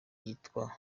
ryitwa